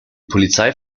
polizei